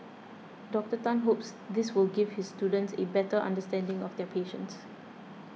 Doctor Tan hopes this will give his students a better understanding of their patients